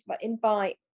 invite